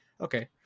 okay